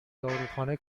داروخانه